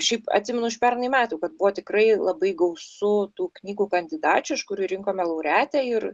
šiaip atsimenu iš pernai metų kad buvo tikrai labai gausu tų knygų kandidačių iš kurių rinkome laureatę ir